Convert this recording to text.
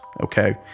okay